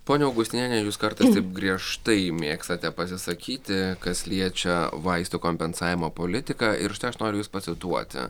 ponia augustiniene jūs kartais taip griežtai mėgstate pasisakyti kas liečia vaistų kompensavimo politiką ir štai aš noriu jus pacituoti